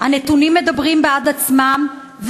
הנתונים מדברים בעד עצמם,